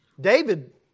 David